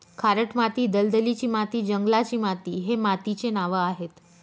खारट माती, दलदलीची माती, जंगलाची माती हे मातीचे नावं आहेत